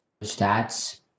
stats